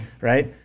Right